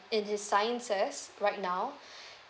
in his sciences right now